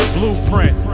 Blueprint